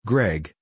Greg